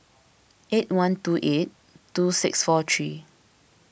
eight one two eight two six four three